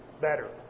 Better